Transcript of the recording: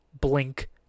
blink